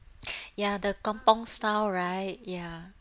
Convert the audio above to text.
ya the kampung style right ya